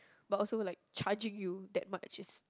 but also like charging you that much is